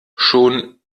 schon